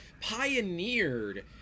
pioneered